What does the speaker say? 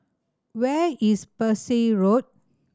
where is Parsi Road